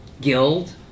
Guild